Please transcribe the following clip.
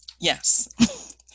Yes